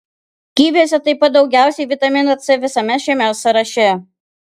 kiviuose taip pat daugiausiai vitamino c visame šiame sąraše